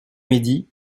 midi